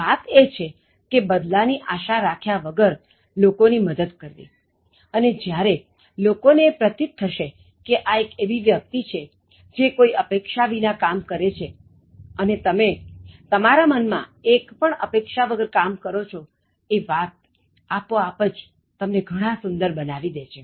વાત એ છે કે બદલા ની આશા રાખ્યા વગર લોકો ની મદદ કરવી અને જ્યારે લોકો ને એ પ્રતિત થશે કે આ એવી વ્યક્તિ છે કે જે કોઈ અપેક્ષા વિના કામ કરે છે અને તમે તમારા મનમાં એક પણ અપેક્ષા વગર કામ કરો છો આ વાત આપોઆપ જ તમને ઘણાં સુંદર બનાવી દે છે